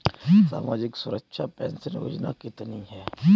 सामाजिक सुरक्षा पेंशन योजना कितनी हैं?